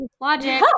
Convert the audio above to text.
Logic